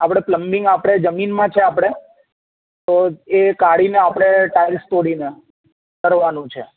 આપણે પ્લમ્બિંગ આપણે જમીનમાં છે આપણે તો એ કાઢીને આપણે ટાઇલ્સ તોડીને કરવાનું છે